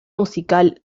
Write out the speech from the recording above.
musical